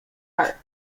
park